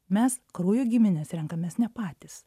mes kraujo gimines renkamės ne patys